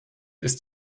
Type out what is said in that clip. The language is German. ist